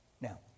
Now